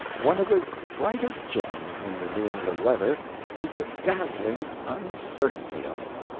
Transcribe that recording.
one of the brightest gems in the new england weather is the dazzling uncertainty of it.